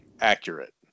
accurate